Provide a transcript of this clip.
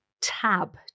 tab